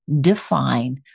define